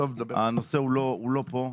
הנושא הוא לא פה.